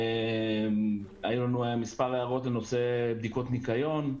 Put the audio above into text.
יש לנו מספר הערות לנושא בדיקות ניקיון,